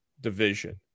division